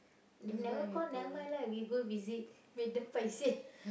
they never call never mind lah we go visit make them paiseh